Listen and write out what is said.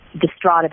distraught